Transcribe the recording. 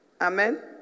Amen